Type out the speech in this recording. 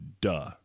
duh